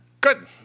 Good